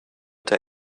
der